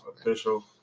official